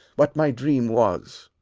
what my dream was.